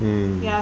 hmm